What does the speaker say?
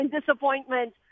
disappointment